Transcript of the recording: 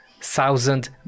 thousand